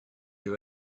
you